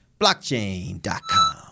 Blockchain.com